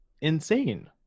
insane